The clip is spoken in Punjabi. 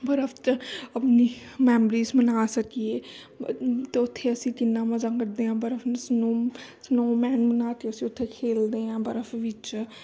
ਬਰਫ 'ਚ ਆਪਣੀ ਮੈਮਰੀਜ਼ ਬਣਾ ਸਕੀਏ ਅਤੇ ਉੱਥੇ ਅਸੀਂ ਕਿੰਨਾ ਮਜ਼ਾ ਕਰਦੇ ਹਾਂ ਬਰਫ ਨੂੰ ਸਨੋਮ ਸਨੋ ਮੈਨ ਬਣਾ ਕੇ ਅਸੀਂ ਉੱਥੇ ਖੇਡਦੇ ਹਾਂ ਬਰਫ ਵਿੱਚ